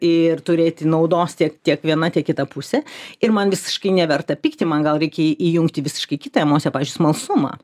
ir turėti naudos tiek tiek viena tiek kita pusė ir man visiškai neverta pykti man gal reikia įjungti visiškai kitą emociją pavyzdžiui smalsumą